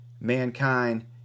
mankind